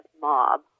mob